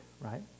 right